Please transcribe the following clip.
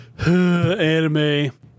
anime